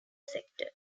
sector